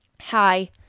hi